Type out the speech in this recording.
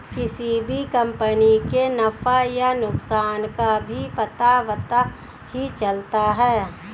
किसी भी कम्पनी के नफ़ा या नुकसान का भी पता वित्त ही चलता है